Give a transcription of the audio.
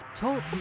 Talk